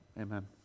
Amen